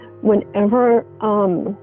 whenever